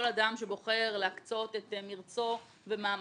כל אדם שבוחר להקצות את מרצו ומאמציו